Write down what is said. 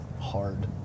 hard